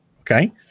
Okay